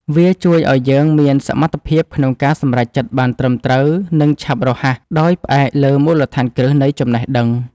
វាជួយឱ្យយើងមានសមត្ថភាពក្នុងការសម្រេចចិត្តបានត្រឹមត្រូវ និងឆាប់រហ័ស ដោយផ្អែកលើមូលដ្ឋានគ្រឹះនៃចំណេះដឹង។